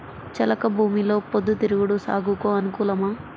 చెలక భూమిలో పొద్దు తిరుగుడు సాగుకు అనుకూలమా?